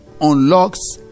unlocks